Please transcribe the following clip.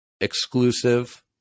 exclusive